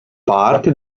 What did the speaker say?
park